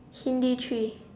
Hindi three